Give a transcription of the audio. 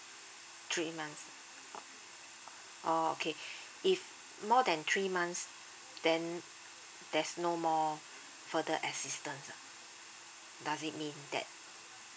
three months oh oh okay if more than three months then there's no more further assistance ah does it mean that